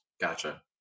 Gotcha